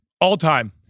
All-time